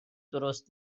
درست